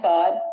God